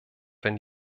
wenn